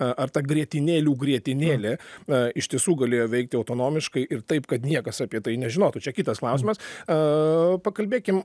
a ar ta grietinėlių grietinėlė na iš tiesų galėjo veikti autonomiškai ir taip kad niekas apie tai nežinotų čia kitas klausimas a pakalbėkim